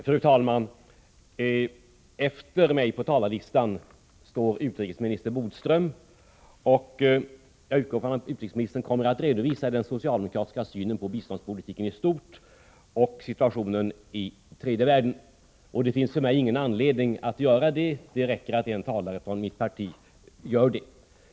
Fru talman! Efter mig på talarlistan står utrikesminister Bodström, och jag utgår från att utrikesministern kommer att redovisa den socialdemokratiska synen på biståndspolitiken i stort och situationen i tredje världen. Det finns för mig ingen anledning att göra detta — det räcker med att en talare från mitt parti gör det.